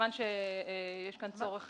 מכיוון שיש כאן צורך